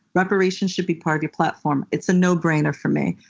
reparations should be part of your platform. it's a no-brainer for me.